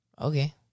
Okay